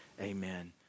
amen